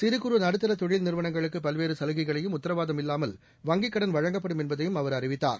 சிறு குறு நடுத்தர தொழில் நிறுவனங்களுக்கு பல்வேறு சலுகைகளையும் உத்தரவாதம் இல்லாமல் வங்கிக்கடன் வழங்கப்படும் என்பதையும் அவர் அறிவித்தார்